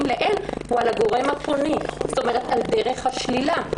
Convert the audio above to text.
לעיל הוא על הגורם הפונה," כלומר על דרך השלילה.